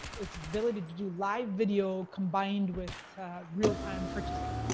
it's ability to do live video combined with real time purchasing,